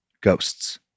Ghosts